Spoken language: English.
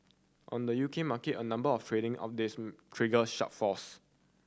on the U K market a number of trading updates trigger sharp falls